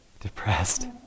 Depressed